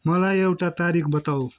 मलाई एउटा तारिक बताऊ